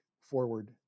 forward